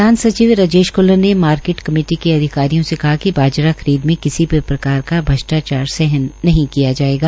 प्रधान सचिव राजेश खुल्लर ने market committee के अधिकारियों से कहा कि बाजरा खरीद में किसी भी प्रकार का भ्रष्टाचार सहन नहीं किया जाएगा